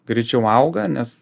greičiau auga nes